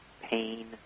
pain